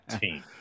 team